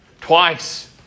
twice